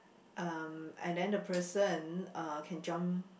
um and then the person uh can jump